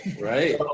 right